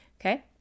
okay